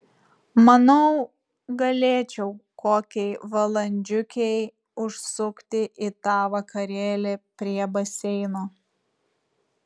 manau galėčiau kokiai valandžiukei užsukti į tą vakarėlį prie baseino